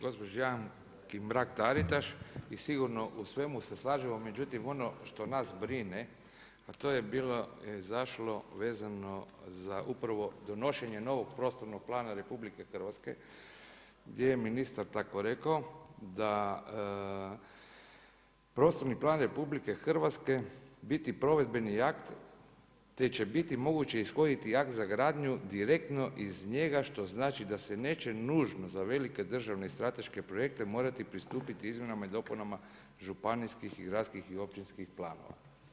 Gospođo Mrak-Taritaš, sigurno u svemu se slažemo, međutim ono što nas brine, a to je bilo izašlo vezano za upravo donošenje novog državnog prostornog plana RH gdje je ministar tako rekao da prostorni plan RH biti provedbeni akt te će biti moguće ishoditi akt za gradnju direktno iz njega što znači da se neće nužno za velike državne i strateške projekte morati pristupiti izmjenama i dopunama županijskih, gradskih i općinskih planova.